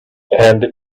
and